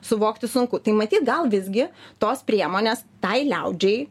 suvokti sunku tai matyt gal visgi tos priemonės tai liaudžiai